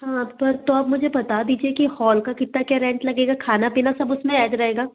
हाँ पर तो आप मुझे बता दीजिए कि हॉल का कितना क्या रेंट लगेगा खाना पीना सब उसमें ऐड रहेगा